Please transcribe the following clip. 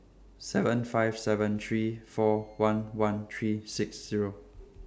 seven five seven three four one one three six Zero